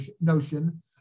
notion